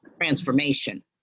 transformation